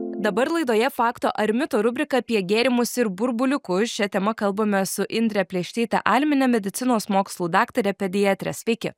dabar laidoje fakto ar mito rubrika apie gėrimus ir burbuliukus šia tema kalbamės su indre plėštyte almine medicinos mokslų daktare pediatre sveiki